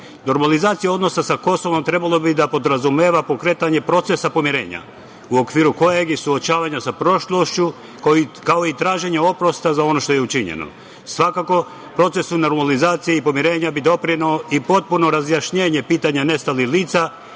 poglavlja. Normalizacija odnosa sa Kosovom trebalo bi da podrazumeva pokretanje procesa pomirenja u okviru kojeg je suočavanje sa prošlošću, kao i traženje oprosta za ono što je učinjeno. Svakako, procesu normalizacije i pomirenja bi doprinelo i potpuno razjašnjenje pitanja nestalih lica,